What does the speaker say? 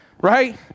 Right